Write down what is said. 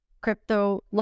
crypto